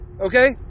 Okay